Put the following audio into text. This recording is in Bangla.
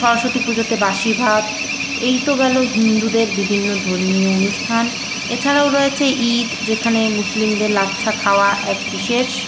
সরস্বতী পুজোতে বাসি ভাত এই তো গেল হিন্দুদের বিভিন্ন ধর্মীয় অনুষ্ঠান এছাড়াও রয়েছে ঈদ যেখানে মুসলিমদের লাচ্ছা খাওয়া এক বিশেষ